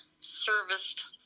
serviced